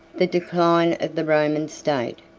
the decline of the roman state,